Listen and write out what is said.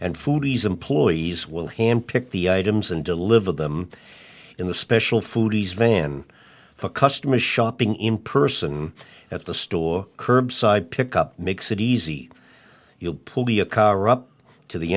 and foodies employees will hand pick the items and deliver them in the special foods van for customers shopping in person at the store curbside pick up makes it easy you'll pull be a car up to the